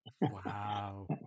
Wow